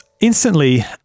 instantly